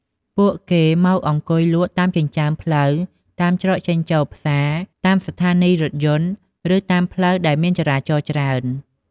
ពួកគេមកអង្គុយលក់តាមចិញ្ចើមផ្លូវ តាមច្រកចេញចូលផ្សារ តាមស្ថានីយរថយន្ត ឬតាមផ្លូវដែលមានចរាចរច្រើន។